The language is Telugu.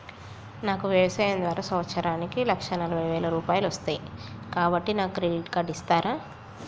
నాకు వ్యవసాయం ద్వారా సంవత్సరానికి లక్ష నలభై వేల రూపాయలు వస్తయ్, కాబట్టి నాకు క్రెడిట్ కార్డ్ ఇస్తరా?